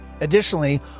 Additionally